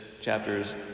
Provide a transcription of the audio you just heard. chapters